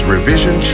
Revision